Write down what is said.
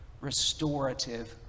restorative